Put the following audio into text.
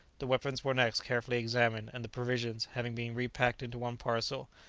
the weapons were next carefully examined, and the provisions, having been repacked into one parcel,